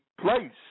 place